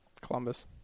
Columbus